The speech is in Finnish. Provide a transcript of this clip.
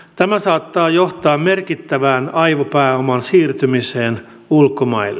tämä saattaa johtaa merkittävään aivopääoman siirtymiseen ulkomaille